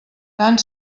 tant